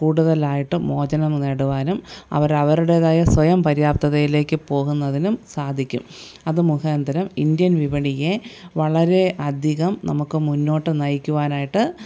കൂടുതലായിട്ടും മോചനം നേടുവാനും അവര് അവരുടേതായ സ്വയം പരിയാപ്തയിലേക്ക് പോകുന്നതിനും സാധിക്കും അത് മുഖാന്തരം ഇന്ത്യൻ വിപണിയെ വളരെയധികം നമുക്ക് മുന്നോട്ട് നയിക്കുവാനായിട്ട്